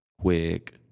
Quick